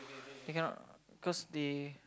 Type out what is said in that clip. eh cannot cause they